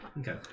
Okay